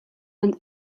and